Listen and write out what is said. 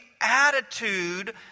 attitude